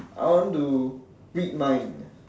I want to read mind